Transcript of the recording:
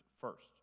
first